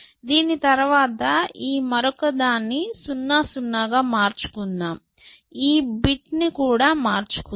దీని తరువాత ఈ మరొకదాన్ని 0 0 గా మార్చుకుందాం ఈ బిట్ ని కూడా మార్చుకుందాము